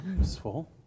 useful